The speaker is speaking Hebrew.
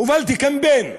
הובלתי קמפיין,